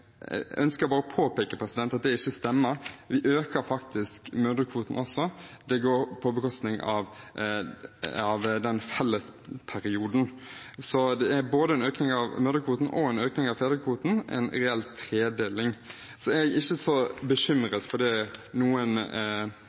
ønsker bare å påpeke at det ikke stemmer. Vi øker faktisk mødrekvoten også. Det går på bekostning av fellesperioden. Så det er både en økning av mødrekvoten og en økning av fedrekvoten – en reell tredeling. Jeg er ikke så bekymret for det noen